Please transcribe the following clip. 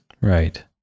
Right